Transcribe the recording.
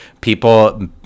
people